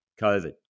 COVID